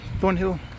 Thornhill